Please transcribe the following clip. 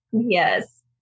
Yes